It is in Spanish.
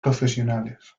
profesionales